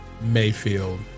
Mayfield